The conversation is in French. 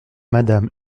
madame